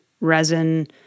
resin